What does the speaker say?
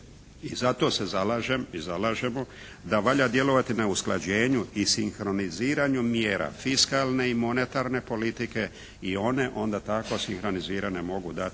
i zato se zalažem i zalažemo, da valja djelovati na usklađenju i sinkroniziranju mjera fiskalne i monetarne politike i one onda tako sinkronizirane mogu dati